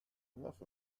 enough